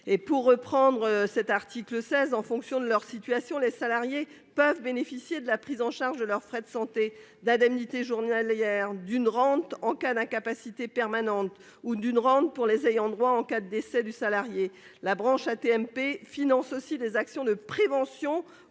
Pour en revenir à l'article 16, en fonction de leur situation, les salariés peuvent bénéficier de la prise en charge de leurs frais de santé, d'indemnités journalières et d'une rente pour eux-mêmes en cas d'incapacité permanente ou pour les ayants droit en cas de décès. La branche AT-MP finance aussi des actions de prévention